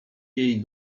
jej